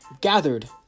gathered